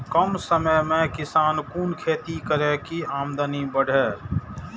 कम समय में किसान कुन खैती करै की आमदनी बढ़े?